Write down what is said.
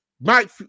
Mike